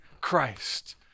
Christ